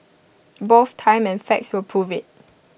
both time and facts will prove IT